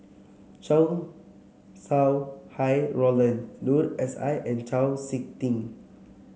Chow Sau Hai Roland Noor S I and Chau SiK Ting